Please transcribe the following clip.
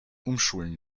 umschulen